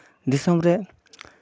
ᱫᱤᱥᱚᱢᱨᱮ